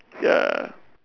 ya